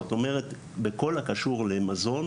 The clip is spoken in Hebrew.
זאת אומרת, בכל הקשור למזון.